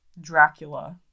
Dracula